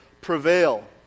prevail